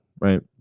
right